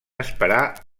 esperar